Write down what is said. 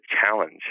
challenge